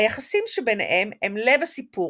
היחסים שביניהם הם לב הסיפור,